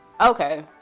Okay